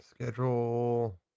Schedule